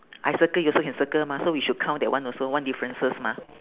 I circle you also can circle mah so we should count that one also one differences mah